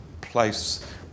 place